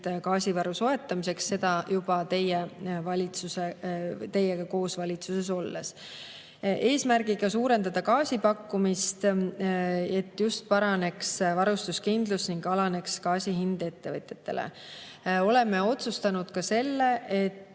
gaasivaru soetamiseks. Seda juba teiega koos valitsuses olles, eesmärgiga suurendada gaasi pakkumist, et paraneks varustuskindlus ning alaneks gaasi hind ettevõtjatele. Oleme otsustanud selle, et